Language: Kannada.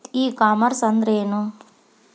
ಇ ಕಾಮರ್ಸ್ ಅಂದ್ರೇನು?